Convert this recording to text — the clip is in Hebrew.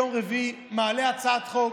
ביום רביעי מעלה הצעת חוק